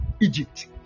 Egypt